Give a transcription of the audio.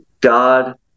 God